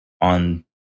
on